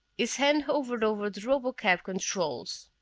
his hand hovered over the robotcab controls.